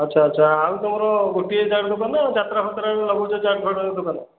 ଆଚ୍ଛା ଆଚ୍ଛା ଆଉ ତମର ଗୋଟିଏ ଚାଟ୍ ଦୋକାନ ନା ଯାତାରା ଫାତରାରେ ଲଗାଉଛ ଚାଟ୍ ଫାଟ୍ ଦୋକାନ